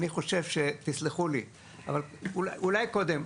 אני חושב שתסלחו לי אבל אולי קודם,